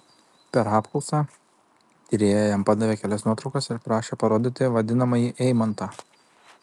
per apklausą tyrėja jam padavė kelias nuotraukas ir prašė parodyti vadinamąjį eimantą